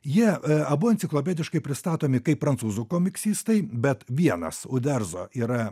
jie abu enciklopediškai pristatomi kaip prancūzų komiksistai bet vienas uderzo yra